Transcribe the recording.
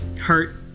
hurt